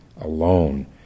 alone